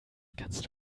kannst